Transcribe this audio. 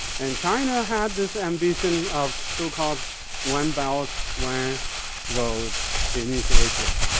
and china had this ambition of so called one belt one road initiative.